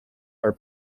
are